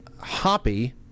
Hoppy